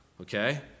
Okay